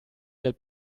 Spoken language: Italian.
del